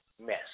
mess